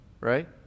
Right